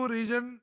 Region